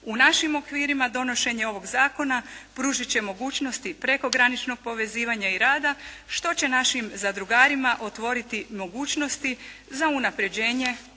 U našim okvirima donošenje ovog zakona pružit će mogućnosti prekograničnog povezivanja i rada što će našim zadrugarima otvoriti mogućnosti za unapređenje ovog